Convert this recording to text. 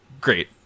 Great